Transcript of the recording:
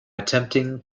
attempting